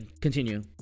Continue